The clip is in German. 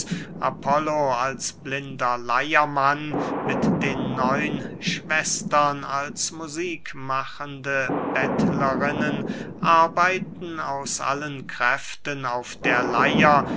apollo als blinder leiermann mit den neun schwestern als musikmachende bettlerinnen arbeiten aus allen kräften auf der leier